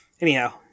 Anyhow